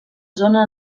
zona